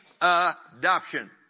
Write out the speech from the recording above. adoption